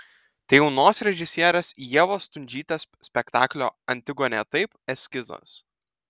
tai jaunos režisierės ievos stundžytės spektaklio antigonė taip eskizas